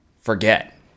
forget